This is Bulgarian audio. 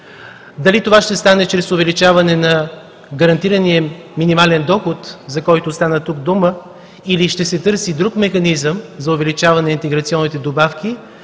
Дали това ще стане чрез увеличаване на гарантирания минимален доход, за който тук стана дума, или ще се търси друг механизъм за увеличаване на интеграционните добавки,